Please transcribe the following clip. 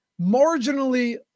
marginally